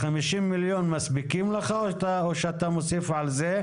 ה-50 מיליון מספיקים לך או שאתה מוסיף על זה?